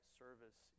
service